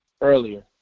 earlier